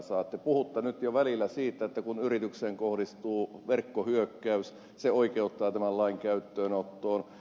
te puhutte nyt jo välillä siitä että kun yritykseen kohdistuu verkkohyökkäys se oikeuttaa tämän lain käyttöönottoon